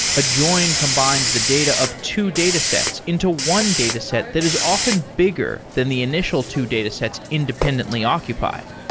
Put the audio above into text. a join combines the data of two datasets into one dataset that is often bigger than the initial two datasets independently occupied.